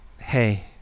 hey